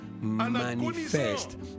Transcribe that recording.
manifest